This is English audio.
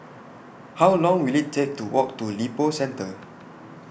How Long Will IT Take to Walk to Lippo Centre